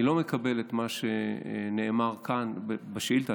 אני לא מקבל את מה שנאמר כאן בשאילתה,